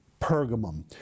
Pergamum